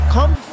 Come